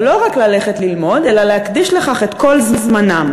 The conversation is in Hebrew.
ולא רק ללכת ללמוד אלא להקדיש לכך את כל זמנם,